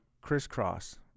crisscross